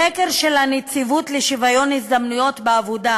מסקר של הנציבות לשוויון הזדמנויות בעבודה